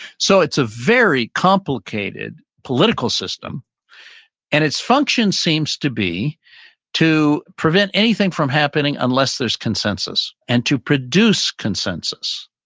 so it's a very complicated political system and its function seems to be to prevent anything from happening unless there's consensus and to produce consensus.